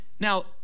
Now